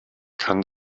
kann